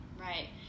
right